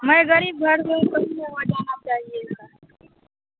मैं गरीब घर हूँ जाना चाहिए सर